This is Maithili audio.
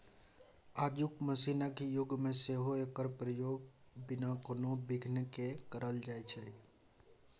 आजुक मशीनक युग मे सेहो एकर प्रयोग बिना कोनो बिघ्न केँ भ रहल छै